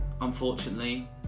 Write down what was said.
Unfortunately